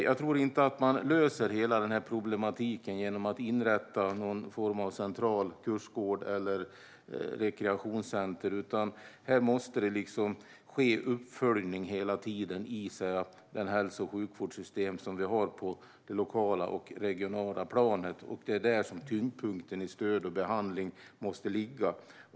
Jag tror inte att man löser hela denna problematik genom att inrätta en central kursgård eller ett rekreationscenter, utan här måste det hela tiden ske uppföljning i vårt hälso och sjukvårdssystem på lokalt och regionalt plan. Det är här tyngdpunkten i stöd och behandling måste ligga.